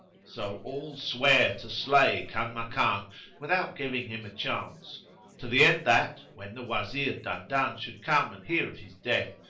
so all sware to slay kanmakan without giving him a chance to the end that, when the wazir dandan should come and hear of his death,